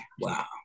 Wow